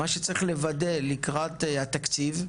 מה שצריך לוודא לקרת התקציב,